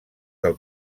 del